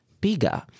bigger